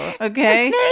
okay